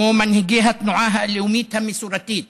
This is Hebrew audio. כמו מנהיגי התנועה הלאומית המסורתית,